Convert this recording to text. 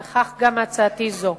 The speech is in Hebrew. וכך גם הצעתי זו.